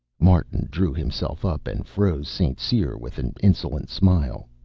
martin drew himself up and froze st. cyr with an insolent smile.